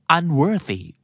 unworthy